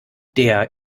der